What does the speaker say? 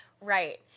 Right